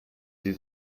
sie